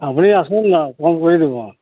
আপনি আসুন না কম করে দিবো